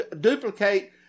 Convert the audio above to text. duplicate